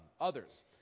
others